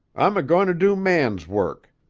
i'm a-goin' to do man's work.